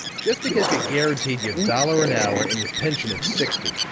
just because you're guaranteed your dollar an hour, and your pension at sixty!